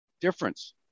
difference